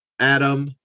Adam